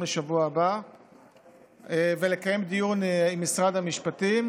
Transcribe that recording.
לשבוע הבא ולקיים דיון עם משרד המשפטים,